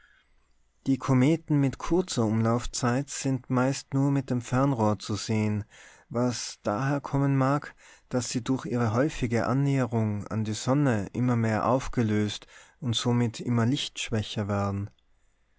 die kometen mit kurzer umlaufzeit sind meist nur mit dem fernrohr zu sehen was daher kommen mag daß sie durch ihre häufige annäherung an die sonne immer mehr aufgelöst und somit immer lichtschwächer werden